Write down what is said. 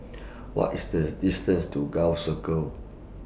What IS The distance to Gul Circle